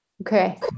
okay